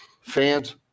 fans